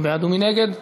מי בעד ומי נגד?